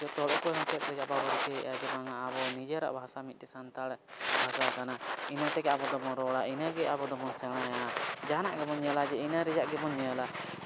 ᱡᱚᱛᱚ ᱦᱚᱲ ᱠᱚ ᱱᱤᱛᱳᱜ ᱫᱚ ᱱᱤᱛᱳᱜ ᱫᱚ ᱪᱟᱵᱟ ᱵᱟᱹᱲᱛᱤᱭᱮᱜᱼᱟ ᱡᱟᱦᱟᱸ ᱱᱟᱜ ᱟᱵᱚ ᱱᱤᱡᱮᱨᱟᱜ ᱵᱷᱟᱥᱟ ᱢᱤᱫᱴᱮᱡᱽ ᱥᱟᱱᱛᱟᱲ ᱵᱷᱟᱥᱟ ᱠᱟᱱᱟ ᱤᱱᱟᱹ ᱛᱮᱜᱮ ᱟᱵᱚ ᱫᱚᱵᱚᱱ ᱨᱚᱲᱟ ᱤᱱᱟᱹᱜᱮ ᱟᱵᱚ ᱫᱚᱵᱚᱱ ᱥᱮᱬᱟᱭᱟ ᱡᱟᱦᱟᱱᱟᱜ ᱜᱮᱵᱚᱱ ᱧᱮᱞᱟ ᱡᱮ ᱤᱱᱟᱹ ᱨᱮᱭᱟᱜ ᱜᱮᱵᱚᱱ ᱧᱮᱞᱟ